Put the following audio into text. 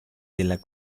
della